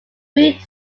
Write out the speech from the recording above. reed